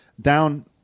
down